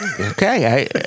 okay